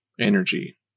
energy